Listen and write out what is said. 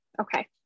okay